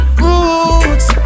roots